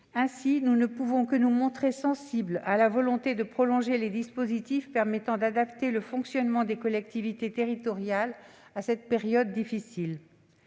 Ainsi, nous ne pouvons que nous montrer sensibles à la volonté de prolonger les dispositifs permettant d'adapter le fonctionnement des collectivités territoriales à cette période difficile.